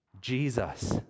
Jesus